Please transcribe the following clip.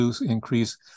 increase